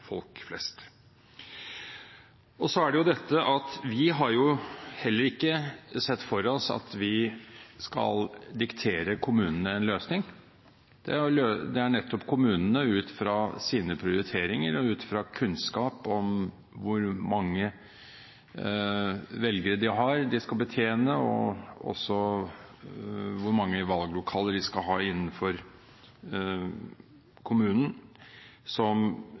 folk flest. Vi har heller ikke sett for oss at vi skal diktere kommunene en løsning. Det er nettopp kommunene som må finne løsninger, ut fra sine prioriteringer og ut fra kunnskap om hvor mange velgere de har å betjene, og også hvor mange valglokaler de skal ha innenfor kommunen, som